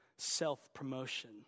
self-promotion